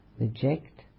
reject